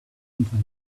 enter